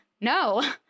no